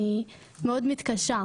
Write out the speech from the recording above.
אני מאוד מתקשה.